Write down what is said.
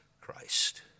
Christ